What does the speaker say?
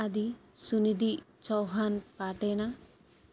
అది సునిధి చౌహాన్ పాటేనా